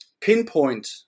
pinpoint